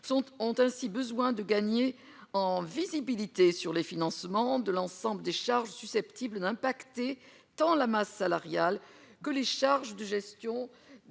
ont ainsi besoin de gagner en visibilité sur les financements de l'ensemble des charges susceptibles d'impacter tant la masse salariale que les charges de gestion